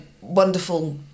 wonderful